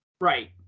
Right